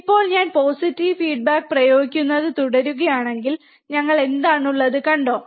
ഇപ്പോൾ ഞാൻ positive feedback പ്രയോഗിക്കുന്നത് തുടരുകയാണെങ്കിൽ ഞങ്ങൾക്ക് എന്താണുള്ളത് കണ്ടോ